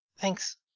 thanks